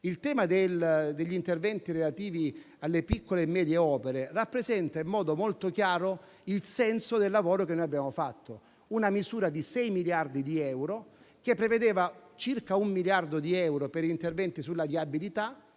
il tema degli interventi relativi alle opere piccole e medie rappresenta in modo molto chiaro il senso del lavoro che abbiamo fatto: mi riferisco a una misura di sei miliardi di euro che prevedeva circa un miliardo di euro per interventi sulla viabilità.